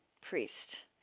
priest